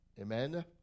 Amen